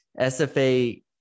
SFA